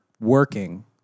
working